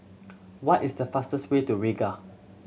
what is the fastest way to Riga